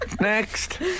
Next